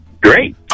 Great